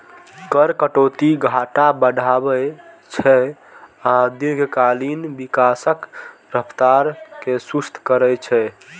कर कटौती घाटा बढ़ाबै छै आ दीर्घकालीन विकासक रफ्तार कें सुस्त करै छै